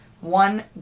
One